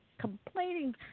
complaining